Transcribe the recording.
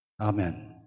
Amen